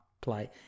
play